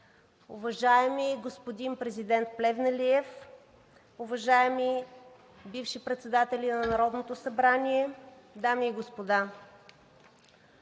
уважаеми господин президент Плевнелиев, уважаеми бивши председатели на Народното събрание, дами и господа!